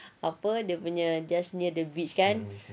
apa dia punya apa just near the beach kan